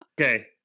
Okay